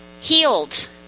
healed